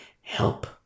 help